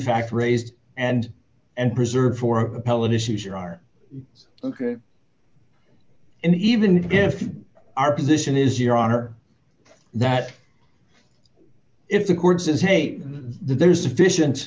fact raised and and preserved for appellate issues or are ok and even if our position is your honor that if the court says hey there's sufficient